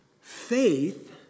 Faith